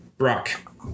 Brock